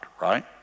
right